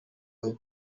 ababo